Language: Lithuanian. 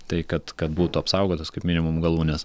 tai kad kad būtų apsaugotos kaip minimum galūnės